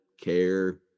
care